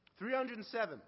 307